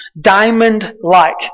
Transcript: Diamond-like